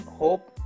hope